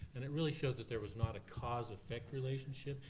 and it really showed that there was not a cause-effect relationship.